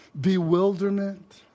bewilderment